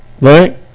Right